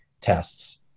tests